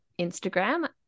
Instagram